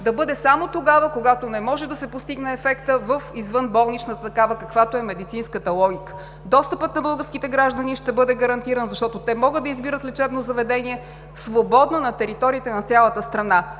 да бъде само тогава, когато не може да се постигне ефектът в извънболничната такава, каквато е медицинската логика. Достъпът на българските граждани ще бъде гарантиран, защото те могат да избират лечебно заведение свободно на територията на цялата страна.